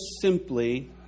simply